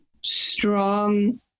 strong